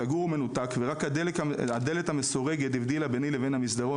סגור ומנותק ורק הדלת המסורגת הבדילה ביני לבין המסדרון